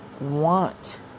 want